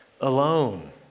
alone